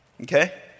Okay